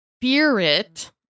Spirit